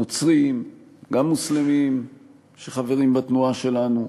נוצרים, גם מוסלמים שחברים בתנועה שלנו.